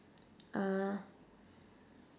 uh